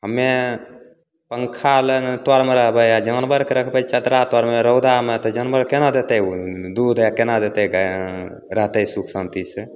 हमे पन्खा लग तरमे रहबै आओर जानवरके राखबै चदरा तरमे रौदामे तऽ जानवर कोना देतै ओ दूध आओर कोना देतै रहतै सुख शान्तिसे